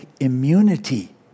immunity